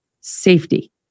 safety